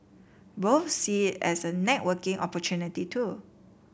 both see it as a networking opportunity too